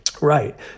right